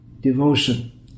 devotion